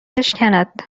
بشکند